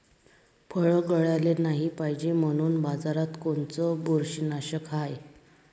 फळं गळाले नाही पायजे म्हनून बाजारात कोनचं बुरशीनाशक हाय?